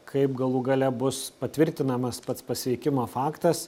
kaip galų gale bus patvirtinamas pats pasveikimo faktas